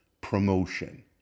promotion